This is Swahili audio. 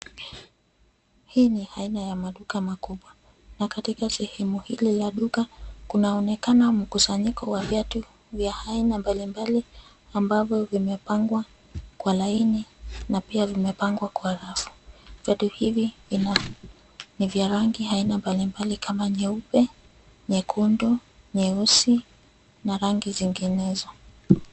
Hii ni aina ya maduka makubwa. Na katika sehemu hili la duka, kunaonekana mkusanyiko wa viatu vya aina mbalimbali ambavyo vimepangwa kwa laini na pia vimepangwa kwa rafu. Viatu hivi ni vya rangi ya aina mbalimbali kama nyeupe nyekundu, nyeusi na rangi nyinginezo.